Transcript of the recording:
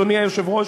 אדוני היושב-ראש,